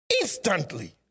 instantly